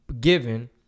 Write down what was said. Given